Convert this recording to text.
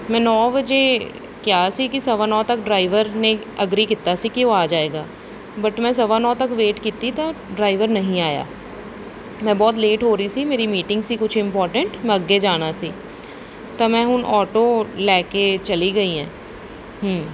ਮੈਂ ਨੌ ਵਜੇ ਕਿਹਾ ਸੀ ਕਿ ਸਵਾ ਨੌ ਤੱਕ ਡਰਾਈਵਰ ਨੇ ਐਗਰੀ ਕੀਤਾ ਸੀ ਕਿ ਉਹ ਆ ਜਾਏਗਾ ਬਟ ਮੈਂ ਸਵਾ ਨੌ ਤੱਕ ਵੇਟ ਕੀਤੀ ਤਾਂ ਡਰਾਈਵਰ ਨਹੀਂ ਆਇਆ ਮੈਂ ਬਹੁਤ ਲੇਟ ਹੋ ਰਹੀ ਸੀ ਮੇਰੀ ਮੀਟਿੰਗ ਸੀ ਕੁਛ ਇੰਪੋਰਟੈਂਟ ਮੈਂ ਅੱਗੇ ਜਾਣਾ ਸੀ ਤਾਂ ਮੈਂ ਹੁਣ ਆਟੋ ਲੈ ਕੇ ਚਲੀ ਗਈ ਐ